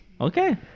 Okay